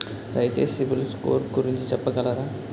దయచేసి సిబిల్ స్కోర్ గురించి చెప్పగలరా?